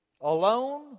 Alone